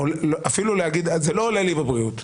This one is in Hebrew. אפילו להגיד שזה לא עולה לי בבריאות.